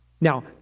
Now